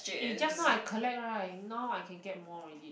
eh just now I collect right now I can get more already leh